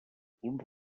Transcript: punt